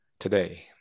Today